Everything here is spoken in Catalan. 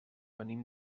venim